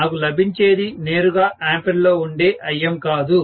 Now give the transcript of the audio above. నాకు లభించేది నేరుగా ఆంపియర్లలో ఉండే Im కాదు